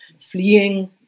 fleeing